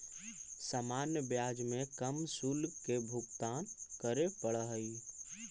सामान्य ब्याज में कम शुल्क के भुगतान करे पड़ऽ हई